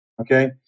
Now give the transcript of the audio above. Okay